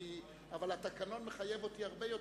אבל התקנון מחייב אותי הרבה יותר.